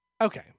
okay